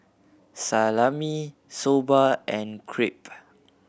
Salami Soba and Crepe